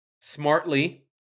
Smartly